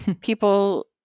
people